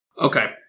Okay